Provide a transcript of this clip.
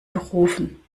gerufen